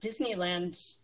Disneyland